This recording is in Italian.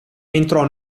entrò